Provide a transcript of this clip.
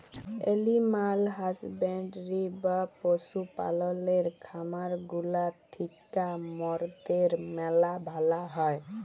animal husbandry বা পশু পাললের খামার গুলা থিক্যা মরদের ম্যালা ভালা হ্যয়